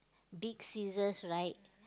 big scissors right